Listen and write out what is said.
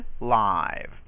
live